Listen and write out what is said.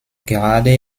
gerade